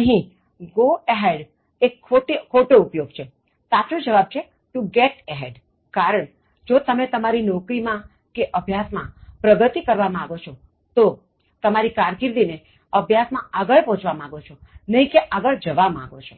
અહીં go ahead એ ખોટો ઉપયોગ છેસાચો જવાબ છે to get ahead કારણ જો તમે તમારી નોકરી માં કે અભ્યાસ માં પ્રગતિ કરવા માગો છો તો તમે તમારી કારકિર્દી ને અભ્યાસ માં આગળ પહોંચવા માગો છોનહીં કે આગળ જવા માગો છો